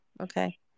okay